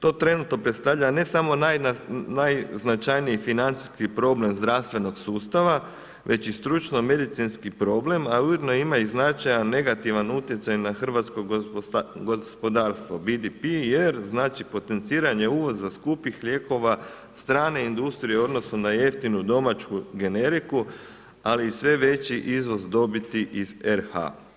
To trenutno predstavlja, ne samo najznačajniji financijski problem zdravstvenog sustava, već i stručno medicinski problem, a ujedno ima i značajan negativan utjecaj na hrvatsko gospodarstvo, … znači potenciranje uvoza skupih lijekova strane industrije u odnosu na jeftinu domaću generiku, ali i sve veći izvoz dobiti iz RH.